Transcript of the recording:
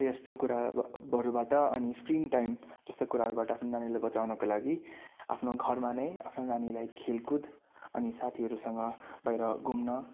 र यस्तो कुराहरूबाट अनि स्क्रिन टाइम त्यस्तो कुराहरूबाट आफ्नो नानीलाई बचाउनको लागि आफ्नो घरमा नै आफ्नो नानीलाई खेलकुद अनि साथीहरूसँग बाहिर घुम्न